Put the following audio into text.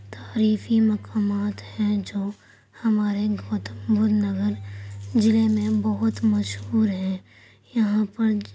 تاریخی مقامات ہیں جو ہمارے گوتم بدھ نگر ضلع میں بہت مشہور ہیں یہاں پر